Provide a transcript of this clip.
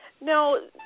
No